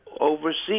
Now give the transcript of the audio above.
overseas